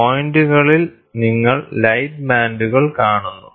പോയിന്റുകളിൽ നിങ്ങൾ ലൈറ്റ് ബാൻഡുകൾ കാണുന്നു